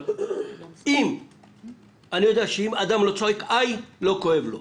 אבל אני יודע שאם אדם לא צועק "איי", לא כואב לו.